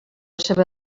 seva